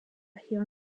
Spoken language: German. hier